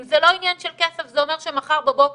אם זה לא עניין של כסף זה אומר שמחר בבוקר